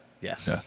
Yes